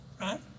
Right